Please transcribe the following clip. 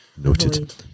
Noted